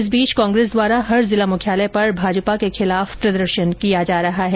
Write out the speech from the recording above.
इस बीच कांग्रेस द्वारा हर जिला मुख्यालय पर भाजपा के खिलाफ प्रदर्शन किया जा रहा है